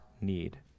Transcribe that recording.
need